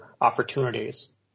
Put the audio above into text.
opportunities